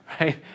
right